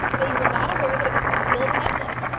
that you were not aware that it was concealed in that book,